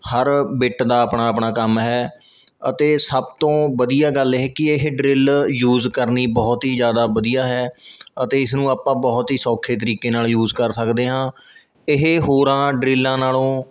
ਹਰ bit ਦਾ ਆਪਣਾ ਆਪਣਾ ਕੰਮ ਹੈ ਅਤੇ ਸਭ ਤੋਂ ਵਧੀਆ ਗੱਲ ਇਹ ਕਿ ਇਹ ਡਰਿੱਲ ਯੂਜ਼ ਕਰਨੀ ਬਹੁਤ ਹੀ ਜ਼ਿਆਦਾ ਵਧੀਆ ਹੈ ਅਤੇ ਇਸ ਨੂੰ ਆਪਾਂ ਬਹੁਤ ਹੀ ਸੌਖੇ ਤਰੀਕੇ ਨਾਲ ਯੂਜ਼ ਕਰ ਸਕਦੇ ਹਾਂ ਇਹ ਹੋਰਾਂ ਡਰਿੱਲਾਂ ਨਾਲੋਂ